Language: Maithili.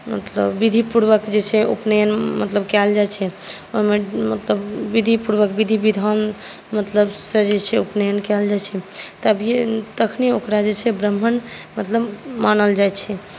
मतलब विधिपुर्वक जे छै मतलब कयल जाइ छै ओहिमे मतलब विधिपुर्वक मतलब विधि विधान मतलब सँ जे छै उपनयन कयल जाइ छै तभिए तखने ओकरा जे छै ब्राम्हण मतलब मानल जाइ छै